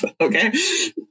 okay